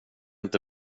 inte